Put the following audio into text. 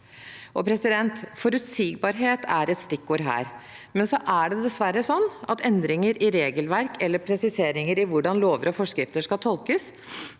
plass. Forutsigbarhet er et stikkord her. Men dessverre kan endringer i regelverk eller presiseringer av hvordan lover og forskrifter skal tolkes,